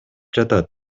жатат